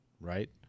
right